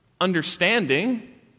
understanding